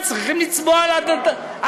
הם צריכים לצבוא על הדלתות,